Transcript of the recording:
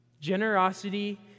Generosity